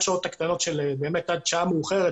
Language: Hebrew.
עד שעה מאוחרת,